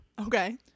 Okay